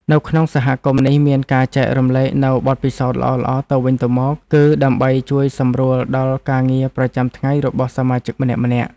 នៅក្នុងសហគមន៍នេះមានការចែករំលែកនូវបទពិសោធន៍ល្អៗទៅវិញទៅមក គឺដើម្បីជួយសម្រួលដល់ការងារប្រចាំថ្ងៃរបស់សមាជិកម្នាក់ៗ។